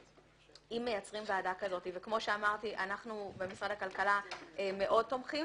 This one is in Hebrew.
מייצרים ועדה כזאת - אנחנו במשרד הכלכלה מאוד תומכים